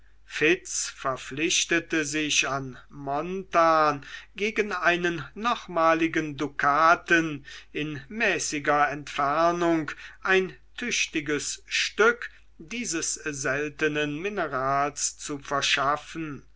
verpflichtete sich an jarno gegen einen nochmaligen dukaten in mäßiger entfernung ein tüchtiges stück dieses seltenen minerals zu verschaffen